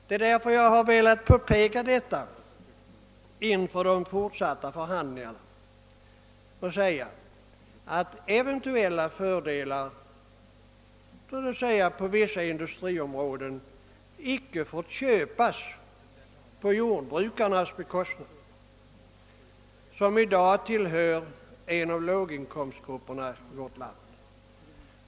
Det är därför jag har velat påpeka detta inför de fortsatta förhandlingarna. Eventuella fördelar, låt oss säga på vissa industriområden, får icke köpas på jordbrukarnas bekostnad. Jordbrukarna utgör i dag en av vårt lands låginkomstgrupper.